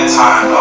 time